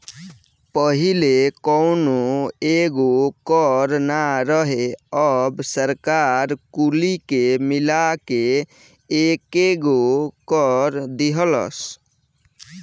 पहिले कौनो एगो कर ना रहे अब सरकार कुली के मिला के एकेगो कर दीहलस